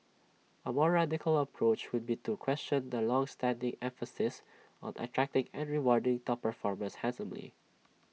A more radical approach would be to question the longstanding emphasis on attracting and rewarding top performers handsomely